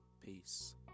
peace